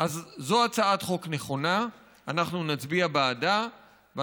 ומה שצריך לעשות בבתי הסוהר זה